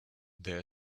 there